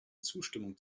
zustimmung